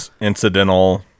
incidental